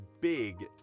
big